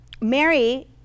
Mary